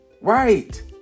right